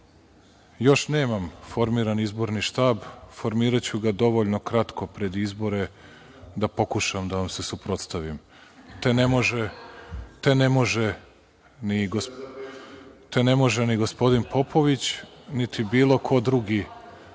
Još nemam formiran izborni štab, formiraću ga dovoljno kratko pred izbore, da pokušam da vam se suprotstavim, te ne može ni gospodin Popović niti bilo ko drugi